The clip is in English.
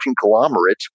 conglomerate